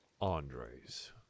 Andres